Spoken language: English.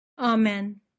Amen